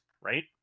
right